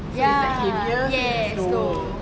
ya yes slow